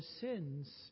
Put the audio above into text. sins